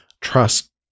Trust